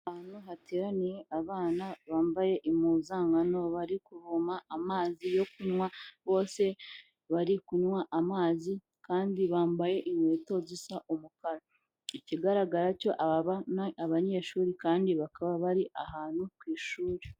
Ahantu hateraniye abana bambaye impuzankano bari kuvoma amazi yo kunywa, bose bari kunywa amazi kandi bambaye inkweto zisa umukara, ikigaragara cyo aba bana ni abanyeshuri kandi bakaba bari ahantu ku ishuri.